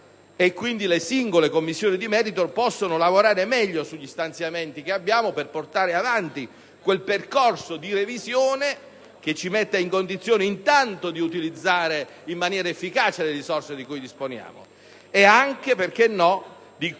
le singole Commissioni di merito possono lavorare meglio sugli stanziamenti disponibili, per portare avanti quel percorso di revisione che ci metta in condizione, intanto, di utilizzare in maniera efficace le risorse di cui disponiamo, e anche - perché no? - di